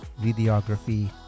videography